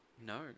No